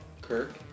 Kirk